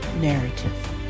narrative